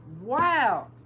Wow